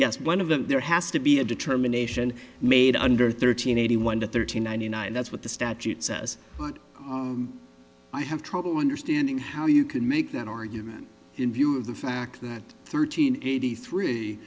yes one of them there has to be a determination made under thirteen eighty one to thirteen ninety nine that's what the statute says but i have trouble understanding how you can make that argument in view of the fact that thirteen eighty three